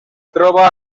troba